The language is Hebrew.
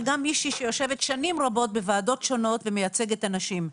אבל גם מישהי שיושבת שנים רבות בוועדות שונות ומייצגת אנשים.